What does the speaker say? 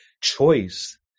choice